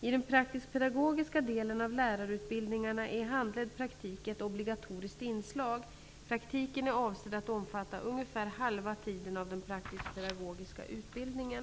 I den praktisk-pedagogiska delen av lärarutbildningarna är handledd praktik ett obligatoriskt inslag. Praktiken är avsedd att omfatta ungefär halva tiden av den praktisk-pedagogiska utbildningen.